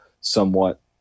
somewhat